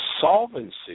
solvency